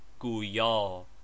Guya